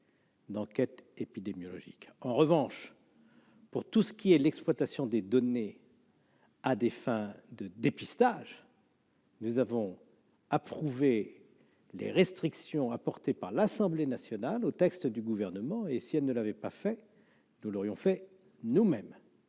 d'enquêtes épidémiologiques. En revanche, pour ce qui concerne l'exploitation des données à des fins de dépistage, nous avons approuvé les restrictions apportées par l'Assemblée nationale au texte du Gouvernement. D'ailleurs, nous les aurions apportées nous-mêmes